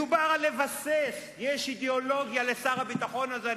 מדובר על לבסס: יש אידיאולוגיה לשר הביטחון הזה.